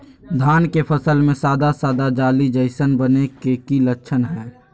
धान के फसल में सादा सादा जाली जईसन बने के कि लक्षण हय?